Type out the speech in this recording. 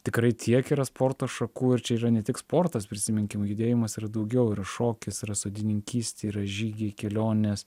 tikrai tiek yra sporto šakų ir čia yra ne tik sportas prisiminkim judėjimas yra daugiau ir šokis yra sodininkystė yra žygiai kelionės